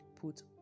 put